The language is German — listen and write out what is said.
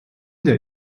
der